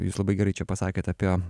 jūs labai gerai čia pasakėt apie